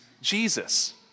Jesus